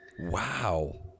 Wow